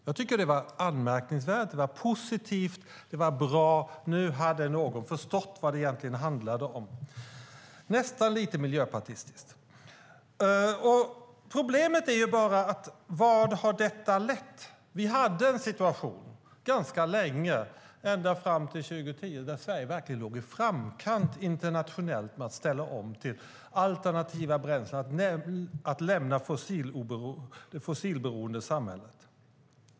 Jag tyckte att det var anmärkningsvärt, positivt och bra - någon hade förstått vad det handlade om. Det var nästan miljöpartistiskt. Men det finns ett problem. Vad har detta lett till? Vi hade en situation ganska länge, ända fram till 2010, då Sverige verkligen låg i framkant internationellt när det gäller att ställa om till alternativa bränslen och lämna det fossilberoende samhället.